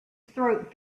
throat